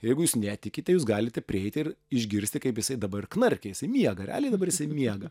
jeigu jūs netikite jūs galite prieiti ir išgirsti kaip jisai dabar knarkia jisai miega realiai dabar jisai miega